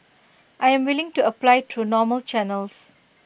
I'm willing to apply through normal channels